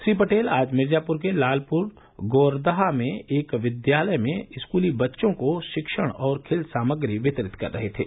श्री पटेल आज मिर्जापुर के लालपुर गोवरदहां में एक विद्यालय में स्कूली बच्चों को रिक्षण और खेल सामग्री वितरित कर रहे थे